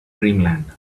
dreamland